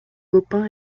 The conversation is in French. baupin